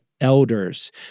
elders